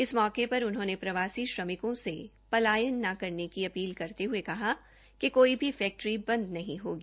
इस मौके पर उन्होंने प्रवासी श्रमिकों से पलायन न करने की अपील करते हए कहा कि कोई भी फैक्ट्री बंद नहीं होगी